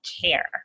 care